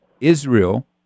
Israel